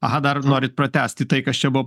aha dar norit pratęsti tai kas čia buvo